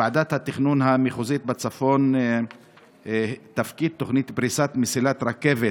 ועדת התכנון המחוזית בצפון תפקיד תוכנית פריסת מסילת רכבת